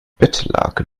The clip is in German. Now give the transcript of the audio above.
bettlaken